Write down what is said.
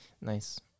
nice